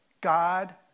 God